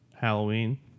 halloween